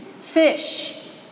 Fish